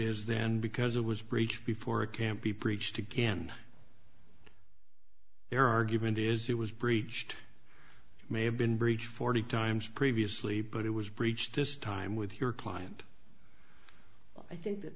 is then because it was breach before it can be preached again their argument is it was breached may have been breached forty times previously but it was breached this time with your client i think that